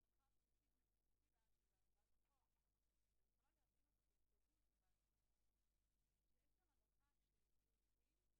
כשהאכיפה פה לא מאוד אפקטיבית, אפשר גם לדבר על